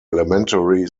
elementary